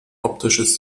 optisches